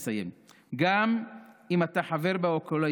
גם אם אתה חבר בקואליציה,